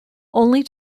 only